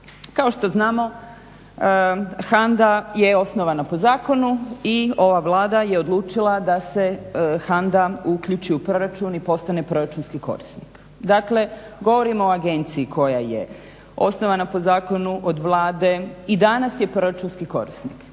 Kao što znamo HANDA je osnovana po zakonu i ova Vlada je odlučila da se HANDA uključi u proračun i postane proračunski korisnik. Dakle, govorimo o agenciji koja je osnovana po zakonu od Vlade i danas je proračunski korisnik.